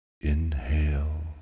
Inhale